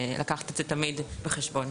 לקחת את זה תמיד בחשבון.